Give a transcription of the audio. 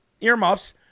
earmuffs